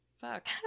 Fuck